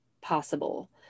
possible